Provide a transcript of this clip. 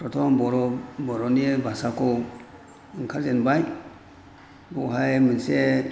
प्रतम बर' बर'नि भाषाखौ ओंखारजेनबाय बेवहाय मोनसे